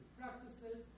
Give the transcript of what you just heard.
practices